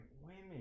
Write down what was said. women